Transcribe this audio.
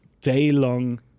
day-long